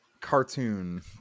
cartoon